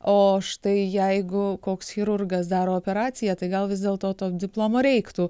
o štai jeigu koks chirurgas daro operaciją tai gal vis dėlto to diplomo reiktų